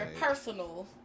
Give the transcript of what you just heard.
personal